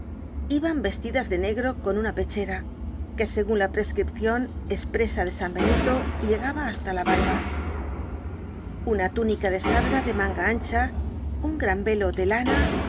iban vestidas de negro con una pechera que segun la prescripcion espresa de san benito llegaba hasta la barba una túnica de sarga de manga ancha un gran velo de lana